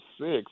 six